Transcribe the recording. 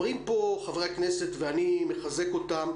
אומרים פה חברי הכנסת ואני מחזק אותם,